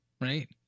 right